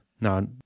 Now